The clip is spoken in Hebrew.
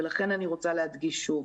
ולכן אני רוצה להדגיש שוב.